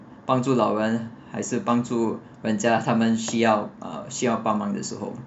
帮助老人还是帮助人家他们需要 uh 他们需要帮忙的时候